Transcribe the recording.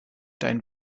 dein